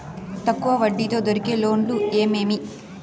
తక్కువ వడ్డీ తో దొరికే లోన్లు ఏమేమి